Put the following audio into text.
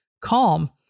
calm